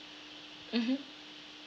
mmhmm